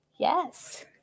Yes